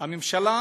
הממשלה,